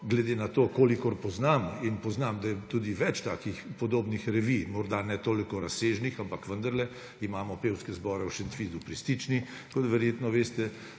glede na to, kolikor poznam – in poznam tudi več takih podobnih revij, morda ne toliko razsežnih, ampak vendarle, imamo pevske zbore v Šentvidu pri Stični, mi imamo zbore